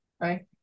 Right